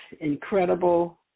incredible